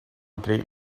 great